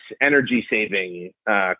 energy-saving